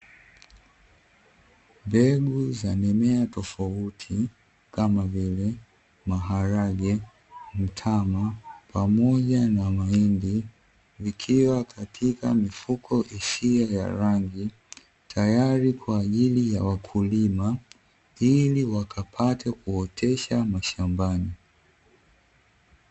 Mbegu za mimea tofauti kama vile; maharage, mtama pamoja na mahindi vikiwa katika mifuko isio ya rangi, tayari kwa ajili ya wakulima, ili wakapate kuotesha mashambani.